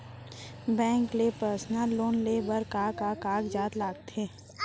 Bank ले personal loan लेये बर का का कागजात ह लगथे?